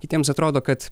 kitiems atrodo kad